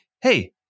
hey